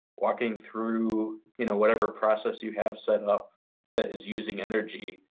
walking through you know whatever process you have set up that is using energy,